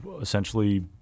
essentially